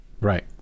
Right